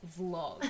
vlog